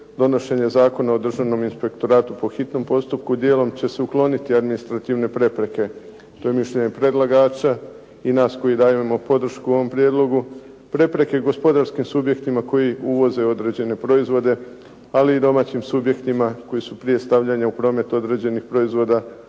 donošenje Zakona o državnom inspektoratu po hitnom postupku djelom će se ukloniti administrativne prepreke, to je mišljenje predlagača i nas koji dajemo podršku ovom prijedlogu. Prepreke gospodarskim subjektima koji uvoze određene proizvode ali i domaćim subjektima koji su prije stavljanja u prometu određenih proizvoda